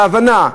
בהבנה,